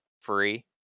free